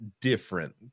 different